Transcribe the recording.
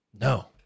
No